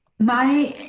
my,